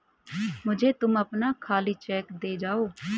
मुझे तुम अपना खाली चेक दे जाओ